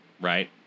right